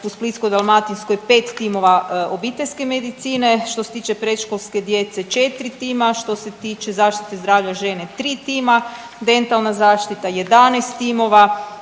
u Splitsko-dalmatinskoj 5 timova obiteljske medicine, što se tiče predškolske djece 4 tima, što se tiče zaštite zdravalja žena 3 tima, dentalna zaštita 11 timova